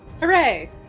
hooray